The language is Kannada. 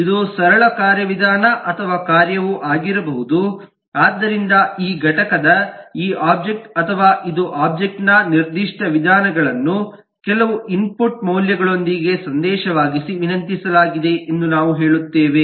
ಇದು ಸರಳ ಕಾರ್ಯವಿಧಾನ ಅಥವಾ ಕಾರ್ಯವೂ ಆಗಿರಬಹುದು ಆದ್ದರಿಂದ ಈ ಘಟಕದು ಈ ಒಬ್ಜೆಕ್ಟ್ ಅಥವಾ ಇದು ಒಬ್ಜೆಕ್ಟ್ ನ ನಿರ್ದಿಷ್ಟ ವಿಧಾನಗಳನ್ನು ಕೆಲವು ಇನ್ಪುಟ್ ಮೌಲ್ಯಗಳೊಂದಿಗೆ ಸಂದೇಶವಾಗಿಸಿ ವಿನಂತಿಸಲಾಗಿದೆ ಎಂದು ನಾವು ಹೇಳುತ್ತೇವೆ